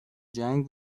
جنگ